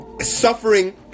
suffering